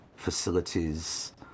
facilities